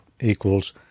equals